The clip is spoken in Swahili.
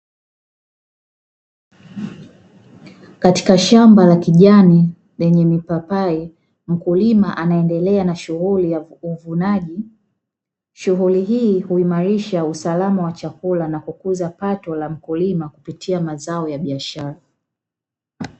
Katika shamba la kijani lenye mipapai mkulima anaendelea na shughuli ya uvunaji, shughuli hii huimarisha usalama wa chakula na kukuza pato la mkulima kupitia mazao ya biashara.